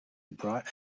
brought